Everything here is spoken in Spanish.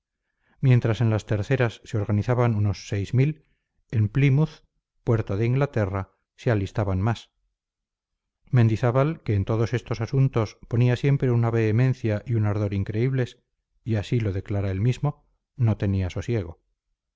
mientras en las terceras se organizaban unos seis mil en plymouth puerto de inglaterra se alistaban más mendizábal que en todos estos asuntos ponía siempre una vehemencia y un ardor increíbles y así lo declara él mismo no tenía sosiego